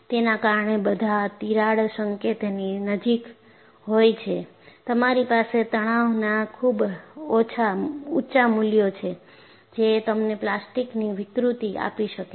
તેના કારણે બધા તિરાડ સંકેતની નજીક હોઈ છે તમારી પાસે તણાવના ખૂબ ઊંચા મૂલ્યો છે જે તમને પ્લાસ્ટિકની વિકૃતિ આપી શકે છે